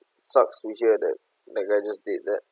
sucks to hear that guy just did that